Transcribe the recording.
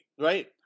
Right